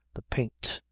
the paint,